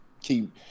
Keep